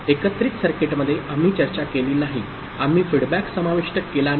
एकत्रित सर्किटमध्ये आम्ही चर्चा केली नाही आम्ही फीडबॅक समाविष्ट केला नाही